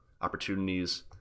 opportunities